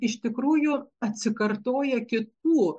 iš tikrųjų atsikartoja kitų